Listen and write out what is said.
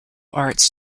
arts